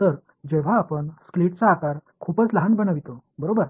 तर जेव्हा आपण स्लिटचा आकार खूपच लहान बनवितो बरोबर